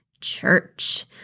church